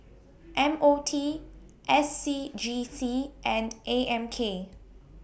M O T S C G C and A M K